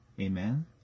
Amen